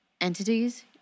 entities